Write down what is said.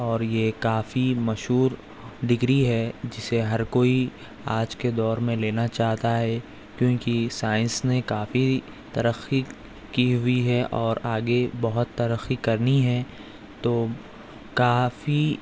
اور یہ کافی مشہور ڈگری ہے جسے ہر کوئی آج کے دور میں لینا چاہتا ہے کیوں کہ سائنس نے کافی ترقی کی ہوئی ہے اور آگے بہت ترقی کرنی ہے تو کافی